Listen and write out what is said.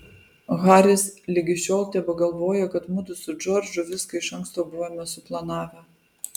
haris ligi šiol tebegalvoja kad mudu su džordžu viską iš anksto buvome suplanavę